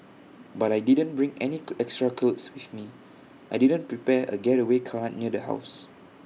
but I didn't bring any extra clothes with me I didn't prepare A getaway car near the house